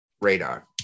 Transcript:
radar